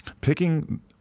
Picking